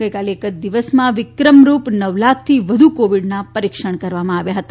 ગઇકાલે એક જ દિવસમાં વિક્રમરૂપ નવ લાખથી વધુ કોવીડના પરીક્ષણ કરવામાં આવ્યા હતા